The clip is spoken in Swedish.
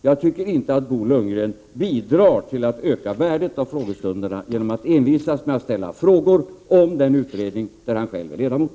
Jag tycker inte att Bo Lundgren bidrar till att öka värdet av frågestunderna genom att envisas med att ställa frågor om den utredning där han själv är ledamot.